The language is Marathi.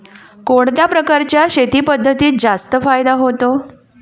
कोणत्या प्रकारच्या शेती पद्धतीत जास्त फायदा होतो?